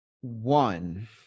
one